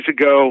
ago